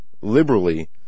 liberally